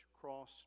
cross